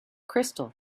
crystal